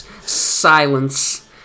silence